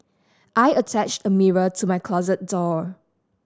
I attached a mirror to my closet door